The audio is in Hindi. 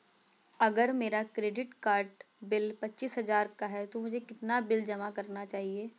अगर मेरा क्रेडिट कार्ड बिल पच्चीस हजार का है तो मुझे कितना बिल जमा करना चाहिए?